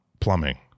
plumbing